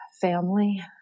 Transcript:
family